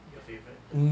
favourite